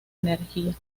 energía